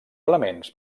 elements